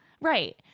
right